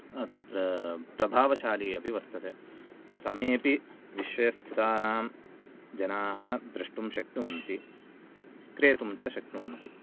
तत्र प्रभावशाली अपि वर्तते समेपि विश्वे स्थितानां जनाः द्रष्टुं शक्नुवन्ति क्रेतुं च शक्नुवन्ति